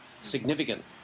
significant